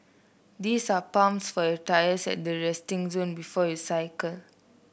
these are pumps for your tyres at the resting zone before you cycle